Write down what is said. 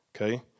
okay